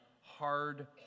hard